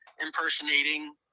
impersonating